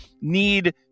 need